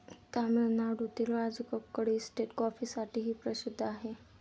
तामिळनाडूतील राजकक्कड इस्टेट कॉफीसाठीही प्रसिद्ध आहे